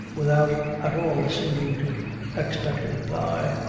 without at all seeming to expect a reply.